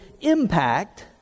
impact